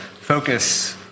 focus